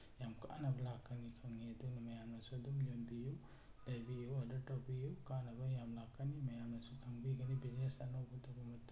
ꯌꯥꯝ ꯀꯥꯟꯅꯕ ꯂꯥꯛꯀꯅꯤ ꯈꯪꯉꯤ ꯑꯗꯨꯅ ꯃꯌꯥꯝꯅꯁꯨ ꯑꯗꯨꯝ ꯌꯣꯟꯕꯤꯌꯨ ꯂꯩꯕꯤꯌꯨ ꯑꯣꯔꯗꯔ ꯇꯧꯕꯤꯌꯨ ꯀꯥꯟꯅꯕ ꯌꯥꯝ ꯂꯥꯛꯀꯅꯤ ꯃꯌꯥꯝꯅꯁꯨ ꯈꯪꯕꯤꯒꯅꯤ ꯕꯤꯖꯤꯅꯦꯁ ꯑꯅꯧꯕ ꯇꯧꯕ ꯃꯇꯝꯗ